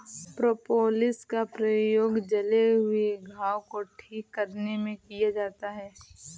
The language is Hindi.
प्रोपोलिस का प्रयोग जले हुए घाव को ठीक करने में किया जाता है